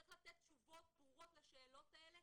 צריך לתת תשובות ברורות לשאלות האלה.